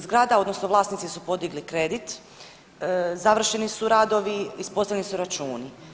Zgrada, odnosno vlasnici su podigli kredit, završeni su radovi, ispostavljeni su računi.